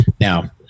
now